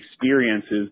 experiences